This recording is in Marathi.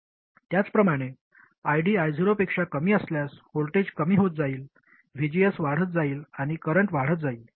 त्याचप्रमाणे ID I0 पेक्षा कमी असल्यास व्होल्टेज कमी होत जाईल VGS वाढत जाईल आणि करंट वाढत जाईल